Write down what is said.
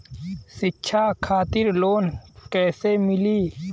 शिक्षा खातिर लोन कैसे मिली?